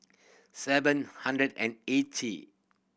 seven hundred and eighty